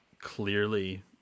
clearly